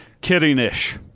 Kidding-ish